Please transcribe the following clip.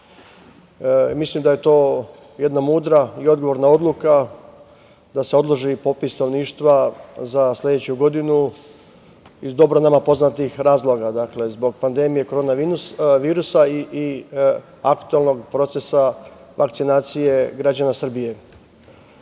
Mislim da je to mudra i odgovorna odluka da se odloži popis stanovništva za sledeću godinu iz dobro nama poznatih razloga, dakle zbog pandemije korona virusa i aktuelnog procesa vakcinacije građana Srbije. Ja